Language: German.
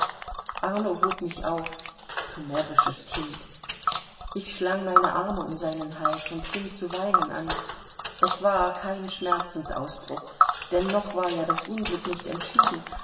arno hob mich auf du närrisches kind ich schlang meine arme um seinen hals und fing zu weinen an es war kein schmerzensausbruch denn noch war ja das unglück nicht entschieden